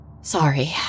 Sorry